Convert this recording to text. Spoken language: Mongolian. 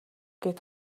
гээд